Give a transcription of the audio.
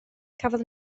cafodd